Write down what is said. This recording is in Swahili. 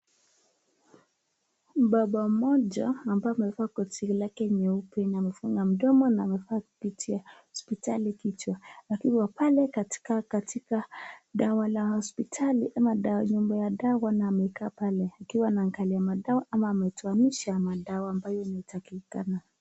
Mbabs mmoja amabo amevaa koti lake nyeupe amefunga mdomo akiwa amevalia kitu ya hospitali kichwa, akiwa pale katika dawa la hospitali nayumba ya dawa akiwa amekaa pale, akiwa anaangalia madawa ama ametoanisha madawa ambayo inatakikana.